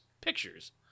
pictures